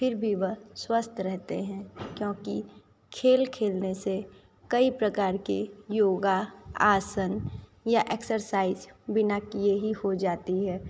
फ़िर भी वह स्वस्थ रहते हैं क्योंकि खेल खेलने से कई प्रकार के योगा आसन या एक्सरसाइज बिना किए ही हो जाती है